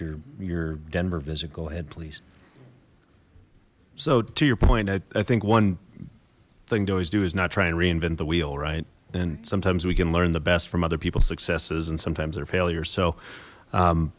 your your denver visit go ahead please so to your point i think one thing to always do is not try and reinvent the wheel right and sometimes we can learn the best from other people's successes and sometimes their failures so